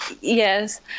Yes